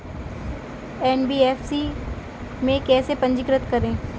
NBFC में कैसे पंजीकृत करें?